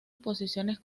exposiciones